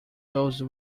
those